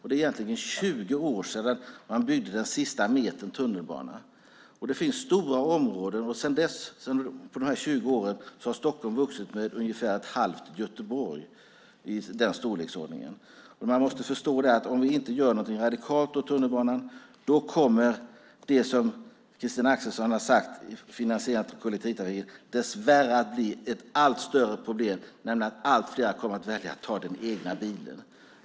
Det är egentligen 20 år sedan man byggde den sista metern tunnelbana, och på dessa 20 år har Stockholm vuxit med i storleksordningen ett halvt Göteborg. Om vi inte gör någonting radikalt åt tunnelbanan kommer vi dessvärre, som Christina Axelsson tog upp i sin interpellation, att få ett allt större problem med att allt fler kommer att välja att ta den egna bilen.